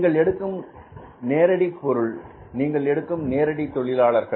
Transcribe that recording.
நீங்கள் எடுக்கும் நேரடி பொருள் நீங்கள் எடுக்கும் நேரடி தொழிலாளர்கள்